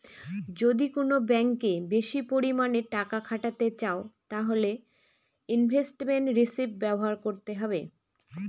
যদি কোন ব্যাঙ্কে বেশি পরিমানে টাকা খাটাতে চাও তাহলে ইনভেস্টমেন্ট রিষিভ ব্যবহার করতে হবে